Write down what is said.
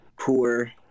poor